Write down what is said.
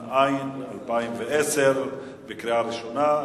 התש"ע 2010, קריאה ראשונה.